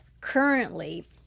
currently